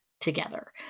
together